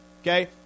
Okay